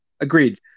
Agreed